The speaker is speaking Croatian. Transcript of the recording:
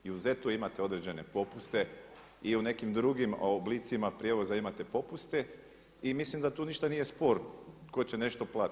I u ZET-u imate određene popuste i u nekim drugim oblicima prijevoza imate popuste i mislim da tu ništa nije sporno tko će nešto platiti.